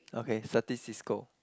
okay Certis Cisco